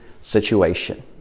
situation